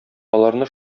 аларны